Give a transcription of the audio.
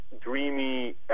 dreamy